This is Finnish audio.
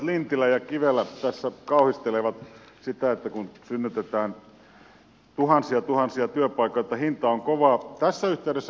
edustajat lintilä ja kivelä tässä kauhistelivat sitä että kun synnytetään tuhansia tuhansia työpaikkoja niin hinta on kova